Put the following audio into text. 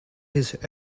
his